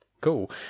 Cool